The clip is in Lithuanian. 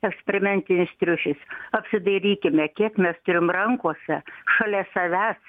eksperimentinis triušis apsidairykime kiek mes turim rankose šalia savęs